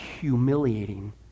humiliating